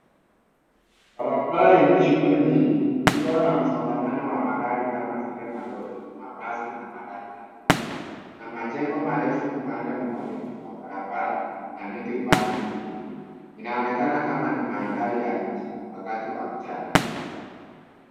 Barabara yenye shughuli nyingi ikiwa na msongamano wa magari kama vile malori, mabasi na magari madogo na majengo marefu upande mmoja wa barabara na miti upande mwingine. Inaonekana kama ni mandhari ya mji wakati wa mchana.